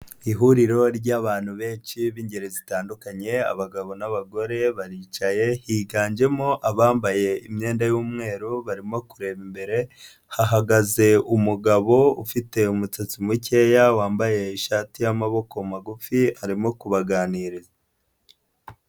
Ihuriro ry'abantu benshi b'ingeri zitandukanye abagabo n'abagore baricaye, higanjemo abambaye imyenda y'umweru barimo kureba imbere, hahagaze umugabo ufite umusatsi mukeya wambaye ishati y'amaboko magufi arimo kubaganiriza.